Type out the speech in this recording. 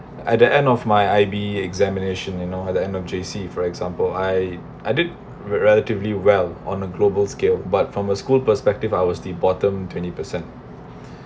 at the end of my I_B examination you know at the end of J_C for example I I did re~ relatively well on a global scale but from a school perspective I was the bottom twenty percent